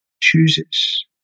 chooses